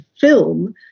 film